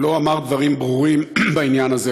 לא אמר דברים ברורים בעניין הזה.